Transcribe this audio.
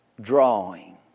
drawing